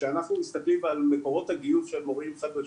כשאנחנו מסתכלים על מקורות הגיוס של מורים חדשים,